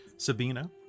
Sabina